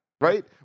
right